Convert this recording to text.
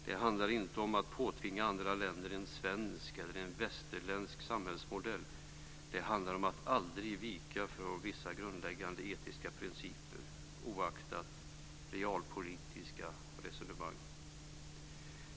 Det handlar inte om att påtvinga andra länder en svensk eller en västerländsk samhällsmodell. Det handlar om att aldrig vika från vissa grundläggande etiska principer, oaktat realpolitiska resonemang.